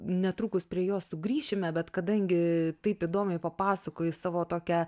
netrukus prie jos sugrįšime bet kadangi taip įdomiai papasakojai savo tokią